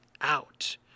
out